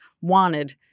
wanted